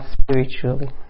spiritually